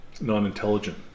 non-intelligent